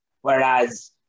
whereas